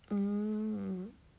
mm